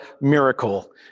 miracle